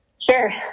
Sure